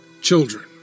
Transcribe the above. children